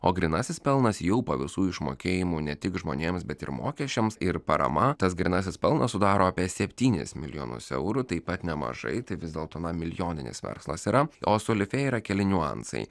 o grynasis pelnas jau po visų išmokėjimų ne tik žmonėms bet ir mokesčiams ir parama tas grynasis pelnas sudaro apie septynis milijonus eurų taip pat nemažai tai vis dėlto milijoninis verslas yra o su olifėja yra keli niuansai